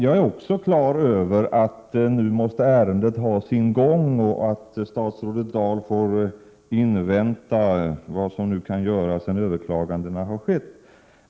Jag är också klar över att ärendet nu måste ha sin gång och att statsrådet Dahl får vänta och se vad som kan göras sedan överklagandena har skett.